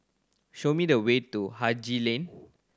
show me the way to Haji Lane